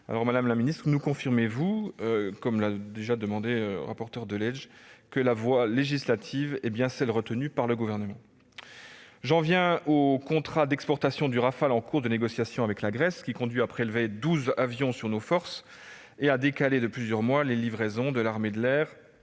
Madame la ministre, nous confirmez-vous, comme vous l'a déjà demandé le rapporteur spécial, que la voie législative est bien celle qu'a retenue le Gouvernement ? J'en viens au contrat d'exportation du Rafale en cours de négociation avec la Grèce, qui conduit à prélever 12 avions sur nos forces et à décaler de plusieurs mois les livraisons à l'armée de l'air